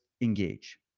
engage